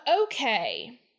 Okay